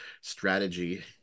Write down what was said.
strategy